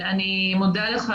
אני מודה לך.